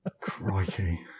Crikey